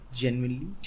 genuinely